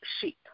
sheep